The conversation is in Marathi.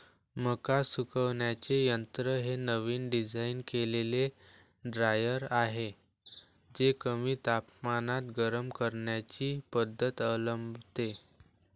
मका सुकवण्याचे यंत्र हे नवीन डिझाइन केलेले ड्रायर आहे जे कमी तापमानात गरम करण्याची पद्धत अवलंबते